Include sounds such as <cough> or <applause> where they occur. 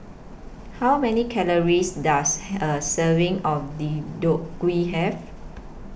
How Many Calories Does <unintelligible> A Serving of Deodeok Gui Have